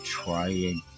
trying